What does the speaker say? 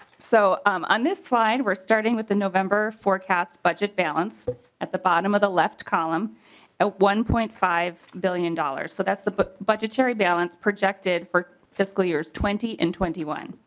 so um on this slide were starting with the november forecast budget balance could at the bottom of the left column at one point five billion dollars. so that's the but budgetary balance projected for fiscal year twenty and twenty one.